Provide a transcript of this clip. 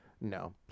No